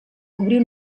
cobrir